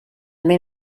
mil